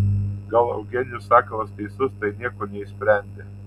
gal eugenijus sakalas teisus tai nieko neišsprendė